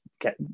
get